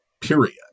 period